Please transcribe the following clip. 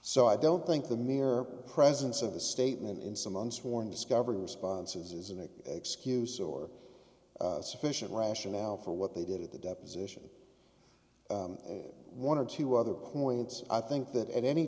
so i don't think the mere presence of the statement in some unsworn discovery responses is an excuse or sufficient rationale for what they did at the deposition one or two other points i think that at any